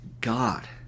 God